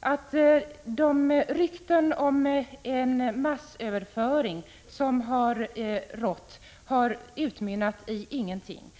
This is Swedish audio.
att de rykten om massöverföringar som cirkulerat inte har någon grund.